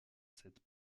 cette